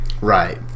Right